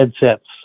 headsets